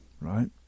right